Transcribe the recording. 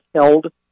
held